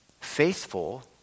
Faithful